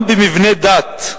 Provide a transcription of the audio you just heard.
גם במבני דת,